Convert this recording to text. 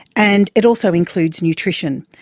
and it also includes nutrition.